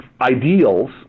ideals